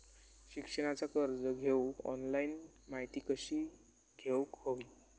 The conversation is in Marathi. शिक्षणाचा कर्ज घेऊक ऑनलाइन माहिती कशी घेऊक हवी?